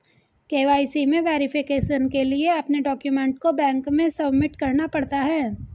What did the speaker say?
KYC में verification के लिए अपने डाक्यूमेंट को बैंक में सबमिट करना पड़ता है